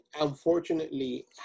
unfortunately